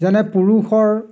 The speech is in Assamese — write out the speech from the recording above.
যেনে পুৰুষৰ